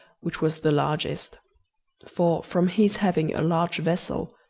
which was the largest for, from his having a large vessel,